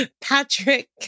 Patrick